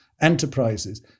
enterprises